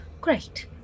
great